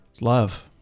Love